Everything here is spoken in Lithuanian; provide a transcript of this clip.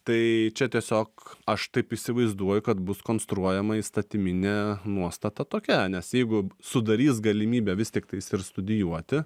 tai čia tiesiog aš taip įsivaizduoju kad bus konstruojama įstatyminė nuostata tokia nes jeigu sudarys galimybę vis tiktais ir studijuoti